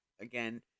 again